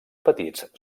petits